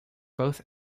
both